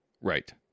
Right